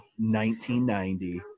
1990